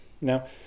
Now